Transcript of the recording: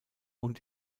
und